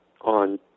on